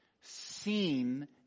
seen